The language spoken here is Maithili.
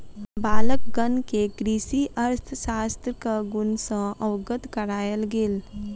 बालकगण के कृषि अर्थशास्त्रक गुण सॅ अवगत करायल गेल